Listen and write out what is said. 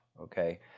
Okay